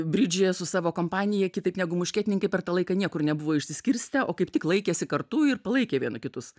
bridžė su savo kompanija kitaip negu muškietininkai per tą laiką niekur nebuvo išsiskirstę o kaip tik laikėsi kartu ir palaikė vieni kitus